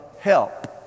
help